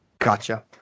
Gotcha